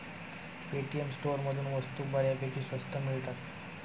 Paytm स्टोअरमधून वस्तू बऱ्यापैकी स्वस्त मिळतात